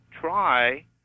try